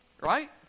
Right